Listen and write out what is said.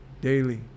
daily